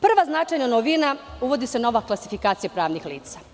Prva značajna novina, uvodi se nova klasifikacija pravnih lica.